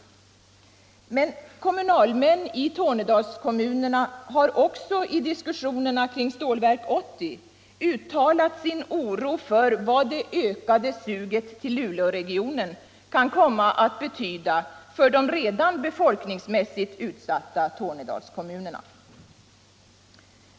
Men kommunalmän i Tornedalskommunerna har också i diskussionerna kring Stålverk 80 uttalat sin oro för vad det ökade suget till Luleåregionen kan komma att betyda för de redan befolkningsmässigt utsatta Tornedalskommunerna.